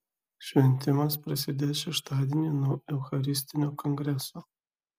šventimas prasidės šeštadienį nuo eucharistinio kongreso